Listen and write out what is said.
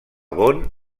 bonn